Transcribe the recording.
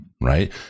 Right